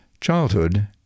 Childhood